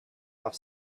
off